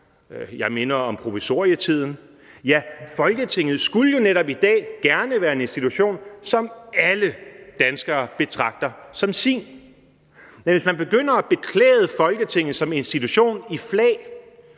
jeg minder om provisorietiden. Ja, Folketinget skulle jo netop i dag gerne være en institution, som alle danskere betragter som sin. Men hvis man begynder at beklæde Folketinget som institution med flag,